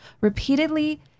repeatedly